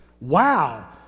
wow